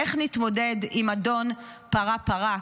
איך נתמודד עם אדון "פרה-פרה"?